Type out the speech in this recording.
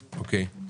אוקיי.